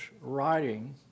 writing